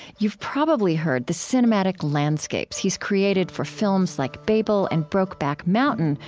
you've probably heard the cinematic landscapes he's created for films like babel and brokeback mountain,